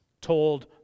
told